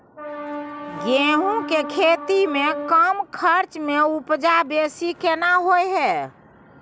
गेहूं के खेती में कम खर्च में उपजा बेसी केना होय है?